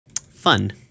Fun